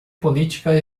política